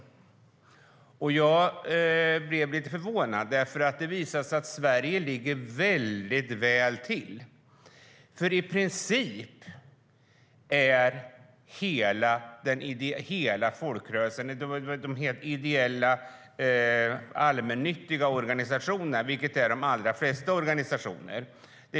Det visade sig lite förvånande att Sverige ligger mycket bra till. I princip är de ideella allmännyttiga organisationerna, vilket är de allra flesta organisationer, skattebefriade.